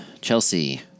Chelsea